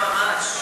התשע"ו 2016,